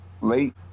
late